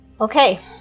okay